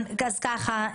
אז ככה,